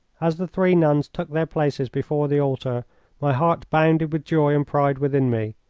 as the three nuns took their places before the altar my heart bounded with joy and pride within me,